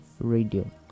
radio